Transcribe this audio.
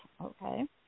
okay